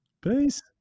Peace